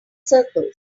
circles